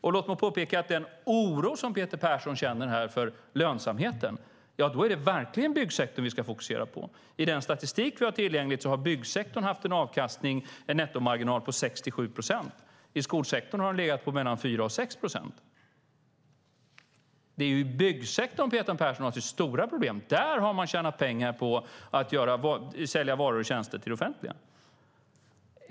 När det gäller den oro som Peter Persson känner för lönsamheten är det verkligen byggsektorn vi ska fokusera på. I den statistik vi har tillgänglig har byggsektorn haft en avkastning, en nettomarginal på 67 procent. I skolsektorn har den legat på mellan 4 och 6 procent. Det är i byggsektorn Peter Persson har sitt stora problem. Där har man tjänat pengar på att sälja varor och tjänster till det offentliga.